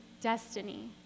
destiny